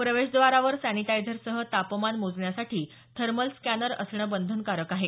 प्रवेशद्वारावर सॅनिटाइजरसह तापमान मोजण्यासाठी थर्मल स्कॅनर असणं बंधनकारक आहे